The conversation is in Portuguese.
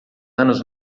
anos